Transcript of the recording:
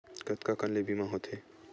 कतका कन ले बीमा होथे?